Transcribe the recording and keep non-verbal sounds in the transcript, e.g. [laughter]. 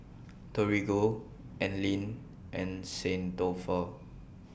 [noise] Torigo Anlene and St Dalfour